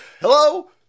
Hello